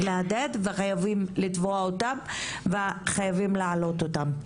להדהד וחייבים לתבוע אותן וחייבים להמשיך ולהעלות אותן.